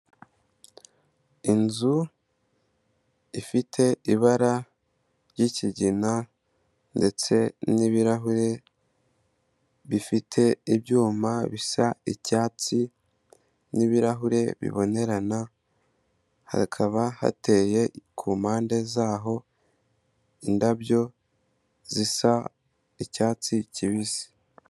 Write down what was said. Inzu ifite ibara ry'ikigina ndetse n'ibirahure bifite ibyuma bisa icyatsi, n'ibirahure bibonerana, hakaba hateye kumpande zaho indabyo zisa icyatsi kibisi.